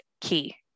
key